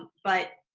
but,